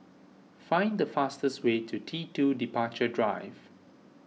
find the fastest way to T two Departure Drive